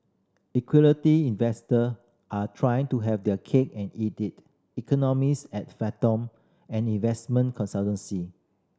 equity investor are trying to have their cake and eat it economist at Fathom an investment consultancy